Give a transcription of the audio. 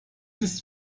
ist